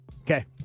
Okay